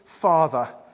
father